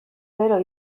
gero